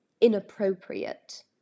inappropriate